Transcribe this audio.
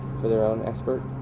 for their own expert?